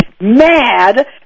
mad